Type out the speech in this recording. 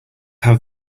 have